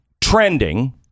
trending